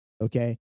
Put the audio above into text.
Okay